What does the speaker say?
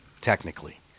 technically